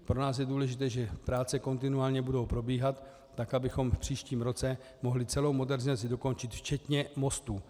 Pro nás je důležité, že práce kontinuálně budou probíhat tak, abychom v příštím roce mohli celou modernizaci dokončit včetně mostů.